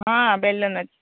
ହଁ ବେଲୁନ ଅଛି